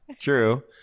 True